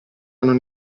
non